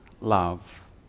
love